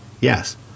Yes